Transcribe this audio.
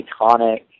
iconic